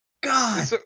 God